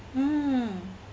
mm